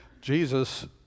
Jesus